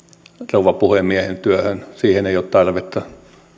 rouva puhemiehen työhön siihen ei ole tarvetta